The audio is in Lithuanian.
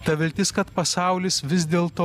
ta viltis kad pasaulis vis dėl to